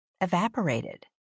evaporated